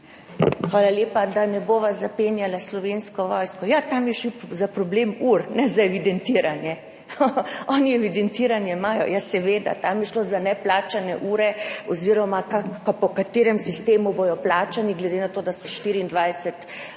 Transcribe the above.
Hvala lepa. Da ne bova zapenjala glede slovenske vojske. Ja, tam je šlo za problem ur, ne za evidentiranje. Oni imajo evidentiranje. Ja, seveda, tam je šlo za neplačane ure oziroma po katerem sistemu bodo plačani, glede na to, da so na primer